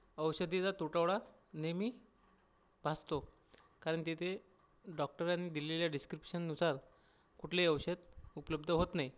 औषधीचा तुटवडा नेहमी भासतो कारण तिथे डॉक्टरांनी दिलेल्या डिस्क्रिप्शननुसार कुठलेही औषध उपलब्ध होत नाही